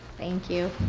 thank you.